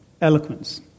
eloquence